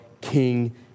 King